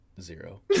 zero